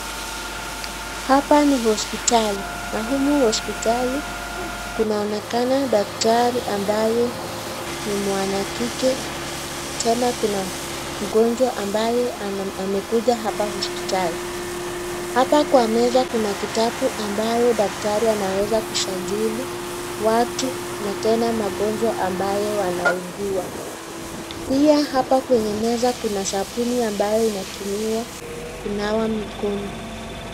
Hapa ni hospitali na humu hospitali kunaonekana daktari ambaye ni mwanakike tena kuna mgonjwa ambaye amekuja hapa hospitali. Hapa kwa meza kuna kitabu ambayo daktari anaweza kusajili watu na tena magonjwa ambayo wanaugua. Pia hapa kwenye meza kuna sabuni ambayo inatumiwa kunawa mikono.